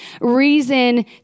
reason